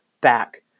back